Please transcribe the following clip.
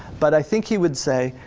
but i think he would say,